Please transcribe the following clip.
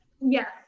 Yes